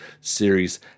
series